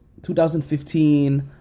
2015